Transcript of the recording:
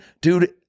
dude